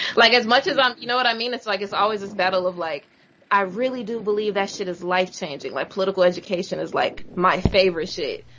like as much as um you know what i mean? it's like it's always this battle of like i really do believe that shit is life changing. like political education is, like, my favorite shit.